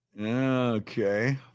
Okay